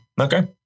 Okay